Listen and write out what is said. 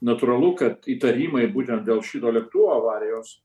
natūralu kad įtarimai būtent dėl šito lėktuvo avarijos